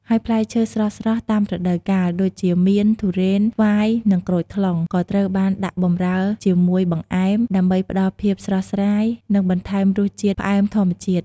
ហើយផ្លែឈើស្រស់ៗតាមរដូវកាល ដូចជាមៀន ទុរេន ស្វាយ និងក្រូចថ្លុង ក៏ត្រូវបានដាក់បម្រើជាមួយបង្អែម ដើម្បីផ្តល់ភាពស្រស់ស្រាយ និងបន្ថែមរសជាតិផ្អែមធម្មជាតិ។